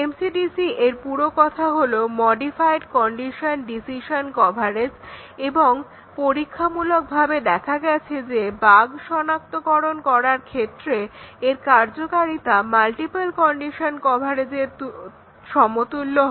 MCDC এর পুরো কথা হলো মডিফাইড কন্ডিশন ডিসিশন কভারেজ এবং পরীক্ষামূলকভাবে দেখা গেছে যে বাগ্ সনাক্তকরণ করার ক্ষেত্রে এর কার্যকারিতা মাল্টিপল কন্ডিশন কভারেজের প্রায় সমতুল্য হয়